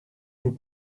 vous